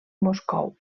moscou